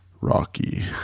Rocky